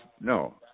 no